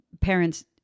parents